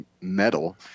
metal